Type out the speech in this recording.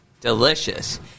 Delicious